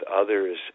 others